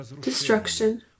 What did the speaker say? destruction